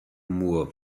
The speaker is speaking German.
moore